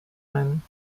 ein